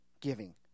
giving